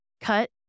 cut